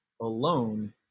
alone